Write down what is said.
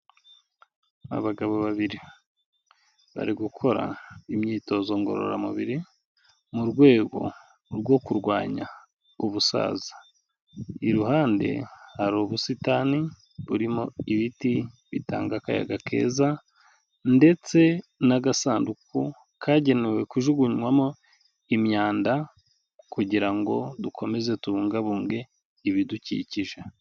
Abagabo babiri bari gukora imyitozo ngororamubiri mu rwego rwo kurwanya ubusaza, iruhande hari ubusitani burimo ibiti bitanga akayaga keza ndetse n'agasanduku kagenewe kujugunywamo imyanda kugira ngo dukomeze tubungabunge ibidukikije.